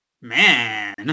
Man